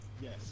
Yes